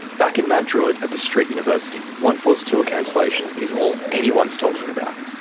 back in mount druitt, at the street university, onefour's tour cancellation is all anyone's talking about.